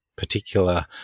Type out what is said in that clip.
Particular